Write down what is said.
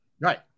Right